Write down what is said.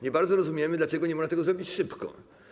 Nie bardzo rozumiemy, dlaczego nie można tego zrobić szybko.